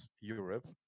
europe